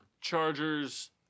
Chargers